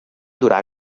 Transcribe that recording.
durar